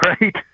right